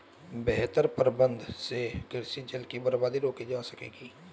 बेहतर प्रबंधन से कृषि जल की बर्बादी रोकी जा सकेगी